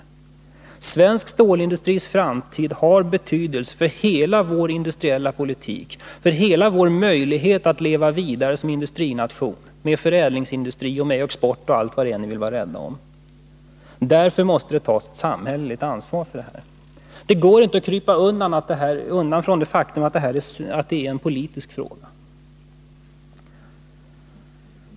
Den svenska stålindustrins framtid har betydelse för hela vår industriella politik, för våra möjligheter att leva vidare som industrination med förädlingsindustri, export och allt vad det är ni vill vara rädda om. Därför måste det tas ett samhälleligt ansvar för detta. Det går inte att komma undan det faktum att det här är en politisk fråga.